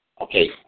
Okay